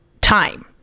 time